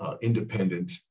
independent